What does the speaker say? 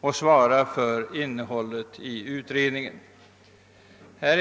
och svara för innehållet i det betänkande som skall framläggas.